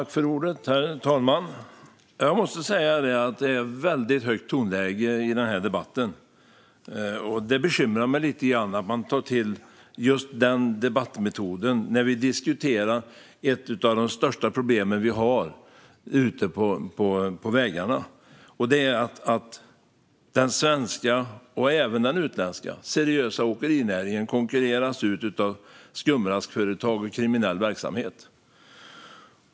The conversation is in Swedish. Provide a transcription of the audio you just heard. Herr talman! Jag måste säga att det är ett väldigt högt tonläge i den här debatten. Det bekymrar mig lite att man tar till den debattmetoden när vi diskuterar ett av de största problem vi har ute på vägarna, nämligen att den seriösa svenska och utländska åkerinäringen konkurreras ut av skumraskföretag och kriminell verksamhet.